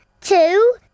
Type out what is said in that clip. two